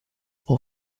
può